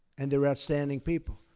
and they're outstanding people.